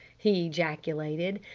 he ejaculated,